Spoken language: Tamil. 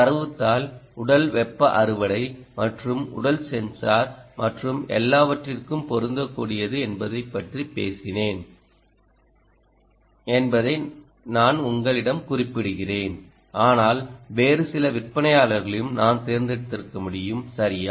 தரவுத் தாள் உடல் வெப்ப அறுவடை மற்றும் உடல் சென்சார் மற்றும் எல்லாவற்றிற்கும் பொருந்தக்கூடியது என்பதைப் பற்றி பேசினேன் என்பதை நான் உங்களிடம் குறிப்பிடுகிறேன் ஆனால் வேறு சில விற்பனையாளர்களையும் நான் தேர்ந்தெடுத்திருக்க முடியும் சரியா